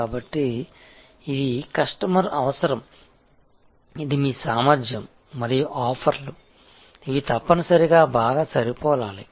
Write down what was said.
కాబట్టి ఇది కస్టమర్ అవసరం ఇది మీ సామర్థ్యం మరియు ఆఫర్లు ఇవి తప్పనిసరిగా బాగా సరిపోలాలి